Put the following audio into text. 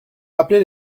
rappelé